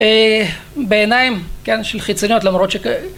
בעיניים כן של חיצוניות למרות שכן